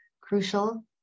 crucial